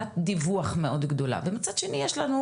של תת דיווח מאוד גדול ומצד שני יש לנו